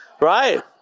right